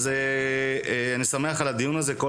אז אני שמח על הדיון הזה, כל